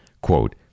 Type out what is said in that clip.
Quote